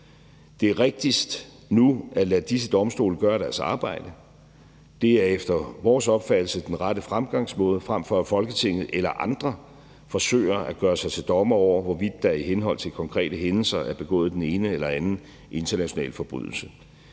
Det er rigtigst nu at lade disse domstole gøre deres arbejde. Det er efter vores opfattelse den rette fremgangsmåde, frem for at Folketinget eller andre forsøger at gøre sig til dommer over, hvorvidt der i henhold til konkrete hændelser er begået den ene eller den anden internationale forbrydelse.